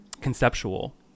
conceptual